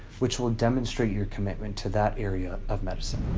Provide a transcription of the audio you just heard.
which will demonstrate your commitment to that area of medicine.